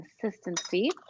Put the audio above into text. consistency